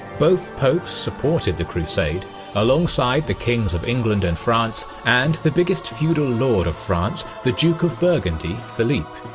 both popes supported the crusade alongside the kings of england and france and the biggest feudal lord of france, the duke of burgundy, philippe.